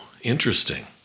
Interesting